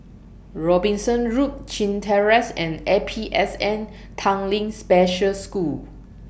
Robinson Road Chin Terrace and A P S N Tanglin Special School